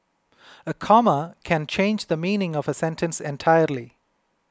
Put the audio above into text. a comma can change the meaning of a sentence entirely